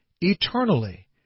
eternally